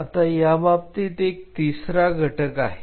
आता या बाबतीत एक तिसरा घटक आहे